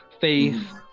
faith